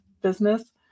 business